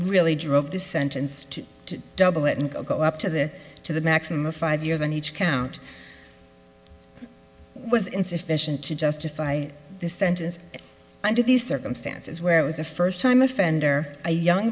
really drove this sentence to to double it and go up to the to the maximum of five years and each count was insufficient to justify the sentence under these circumstances where it was a first time offender a young